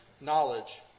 knowledge